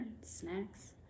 Snacks